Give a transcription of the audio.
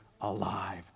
alive